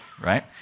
Right